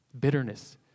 Bitterness